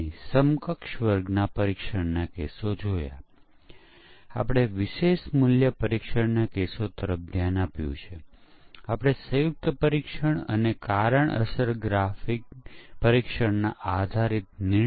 પરંતુ તે પછી આપણે કવરેજને માપીએ છીએ જે સંખ્યાબંધ પરીક્ષણ કેસો દ્વારા પ્રાપ્ત થાય છે અને તપાસો કે જરૂરી એલિમેંટ્સની આવશ્યક સંખ્યાને આવરી લેવામાં આવી છે કે નહીં